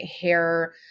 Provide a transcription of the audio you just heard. hair